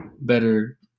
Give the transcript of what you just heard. better